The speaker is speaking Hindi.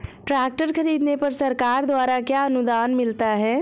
ट्रैक्टर खरीदने पर सरकार द्वारा क्या अनुदान मिलता है?